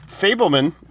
Fableman